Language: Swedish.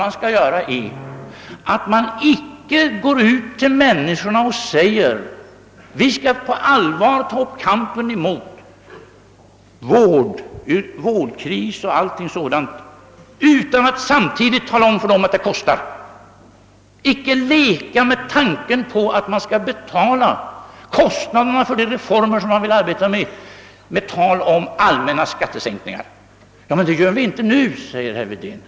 Då bör man inte gå till folk och säga att vi skall på allvar ta upp kampen mot vårdkris och allt sådant, utan att man samtidigt talar om för dem att det kostar pengar. Vi skall inte leka med tanken på att med hjälp av allmänna skattesänkningar betala kostnaderna för de reformer man vill åstadkomma. Det gör vi inte nu, säger herr Wedén.